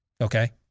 okay